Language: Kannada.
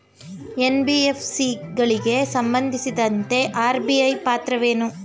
ಎನ್.ಬಿ.ಎಫ್.ಸಿ ಗಳಿಗೆ ಸಂಬಂಧಿಸಿದಂತೆ ಆರ್.ಬಿ.ಐ ಪಾತ್ರವೇನು?